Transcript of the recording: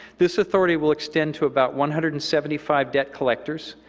this authority will extend to about one hundred and seventy five debt collectors,